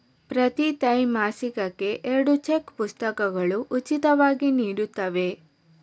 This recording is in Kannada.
ಪ್ರತಿ ತ್ರೈಮಾಸಿಕಕ್ಕೆ ಎರಡು ಚೆಕ್ ಪುಸ್ತಕಗಳು ಉಚಿತವಾಗಿ ನೀಡುತ್ತವೆ